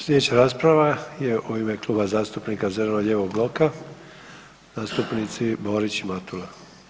Sljedeća rasprava je u ime Kluba zastupnika zeleno-lijevog bloka zastupnici Borić i Matula.